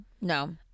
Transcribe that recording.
No